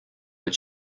but